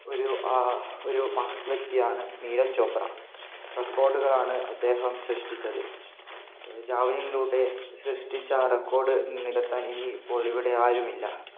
ഒരു ഒരു മഹത് വ്യക്തിയാണ് നീരജ് ചോപ്ര റെകോർഡുകളാണ് അദ്ദേഹം സൃഷ്ടിച്ചത് ജാവലിങ്ങിലൂടെ സൃഷ്ടിച്ച ആ റിക്കോർഡ് നികത്താൻ ഇനിയിപ്പോൾ ഇവിടെ ആരുമില്ല